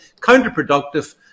counterproductive